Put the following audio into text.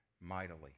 mightily